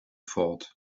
thought